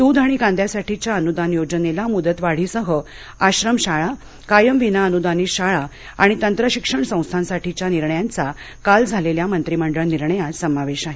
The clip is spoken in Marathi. दूध आणि कांद्यासाठीच्या अनुदान योजनेला मुदतवाढीसह आश्रमशाळा कायम विना अनुदानित शाळा आणि तंत्रशिक्षण संस्थांसाठीच्या निर्णयांचा काल झालेल्या मंत्रिमंडळ निर्णयात समावेश आहे